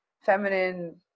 feminine